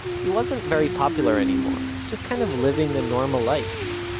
he wasn't very popular anymore, just kind of living a normal life.